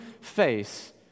face